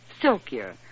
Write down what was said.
silkier